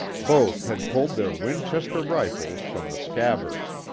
both had pulled their winchester rifles from the scabbards.